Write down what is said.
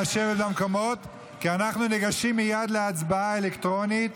לשבת במקומות כי אנחנו ניגשים מייד להצבעה אלקטרונית.